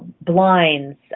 blinds